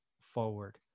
forward